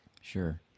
Sure